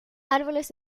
árboles